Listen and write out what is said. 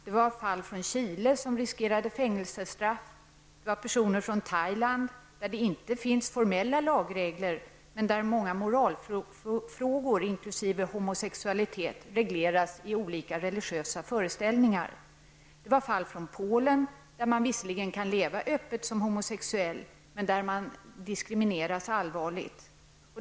Det var fråga om personer från Chile som riskerade fängelsestraff och personer från Thailand, där det inte finns formella lagregler men där många moralfrågor inkl. homosexualitet regleras av olika religiösa föreställningar. Det var också fråga om fall från Polen, där man visserligen kan leva öppet som homosexuell men utsätts för en allvarlig diskriminering.